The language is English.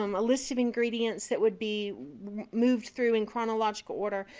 um a list of ingredients that would be moved through in chronological order.